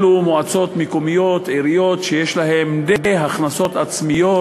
אלו מועצות מקומיות ועיריות שיש להן די הכנסות עצמיות,